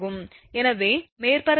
எனவே மேற்பரப்பு காரணி 0